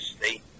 State